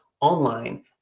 online